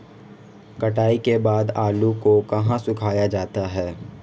कटाई के बाद आलू को कहाँ सुखाया जाता है?